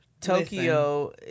Tokyo